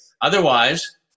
Otherwise